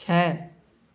छः